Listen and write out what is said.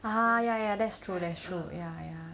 (uh huh) ya ya that's true that's true ya ya